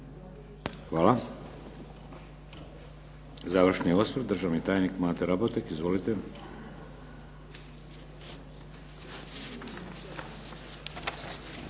Hvala. Završni osvrt, državni tajnik Mate Raboteg. Izvolite.